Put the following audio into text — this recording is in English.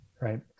Right